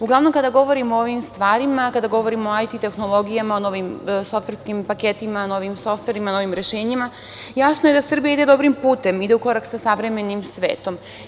Uglavnom, kada govorimo o ovim stvarima, kada govorimo o IT tehnologijama, o novim softverskim paketima, novim softverima, novim rešenjima, jasno je da Srbija ide dobrim putem, ide u korak sa savremenim svetom.